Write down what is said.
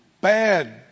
Bad